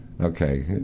Okay